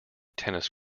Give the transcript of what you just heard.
tennis